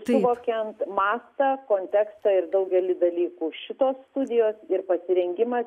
suvokiant mastą kontekstą ir daugelį dalykų šitos studijos ir pasirengimas